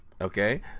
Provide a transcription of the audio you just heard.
Okay